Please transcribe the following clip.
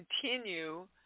continue